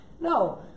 No